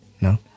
No